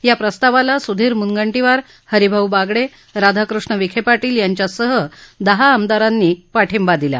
या प्रस्तावाला सुधीर मुनंगटीवार हरीभाऊ बागडे राधाकृष्ण विखे पाटील यांच्यासह दहा आमदारांनी या प्रस्तावाला पाठिंबा दिला